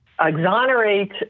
Exonerate